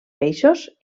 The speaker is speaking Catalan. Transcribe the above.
peixos